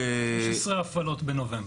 16 הפעלות בנובמבר.